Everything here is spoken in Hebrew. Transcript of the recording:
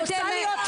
תעזבו אותי.